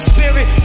Spirit